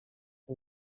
que